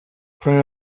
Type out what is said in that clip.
genero